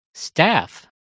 Staff